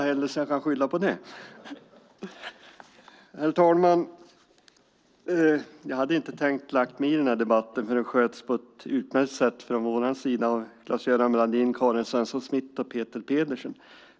Herr talman! Jag hade inte tänkt lägga mig i debatten, för den har skötts på ett utmärkt sätt från vår sida av Claes-Göran Brandin, Karin Svensson Smith och Peter Pedersen.